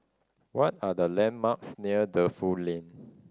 what are the landmarks near Defu Lane